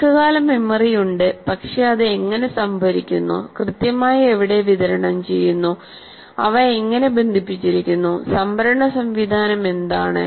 ദീർഘകാല മെമ്മറിയുണ്ട് പക്ഷേ അത് എങ്ങനെ സംഭരിക്കുന്നു കൃത്യമായി എവിടെ വിതരണം ചെയ്യുന്നു അവ എങ്ങനെ ബന്ധിപ്പിച്ചിരിക്കുന്നു സംഭരണ സംവിധാനം എന്താണ്